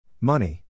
Money